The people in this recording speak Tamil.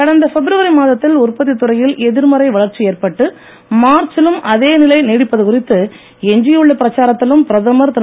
கடந்த பிப்ரவரி மாதத்தில் உற்பத்தி துறையில் எதிர்மறை வளர்ச்சி ஏற்பட்டு மார்ச்சிலும் அதே நிலை நீடிப்பது குறித்து எஞ்சியுள்ள பிரச்சாரத்திலும் பிரதமர் திரு